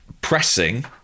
pressing